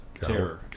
Terror